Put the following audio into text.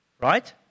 Right